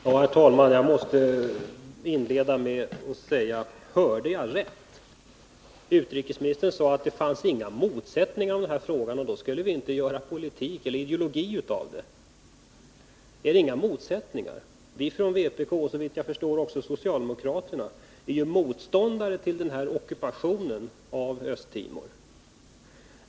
Herr talman! Jag måste inleda med att säga: Hörde jag rätt? Sade utrikesministern att det inte fanns några motsättningar i den här frågan och att vi därför inte skulle göra ideologi av den? Finns det inga motsättningar? Vpk, och såvitt jag förstår också socialdemokraterna, är motståndare till ockupationen av Östtimor.